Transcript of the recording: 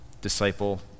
disciple